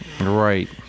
right